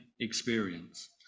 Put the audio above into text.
experience